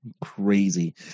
crazy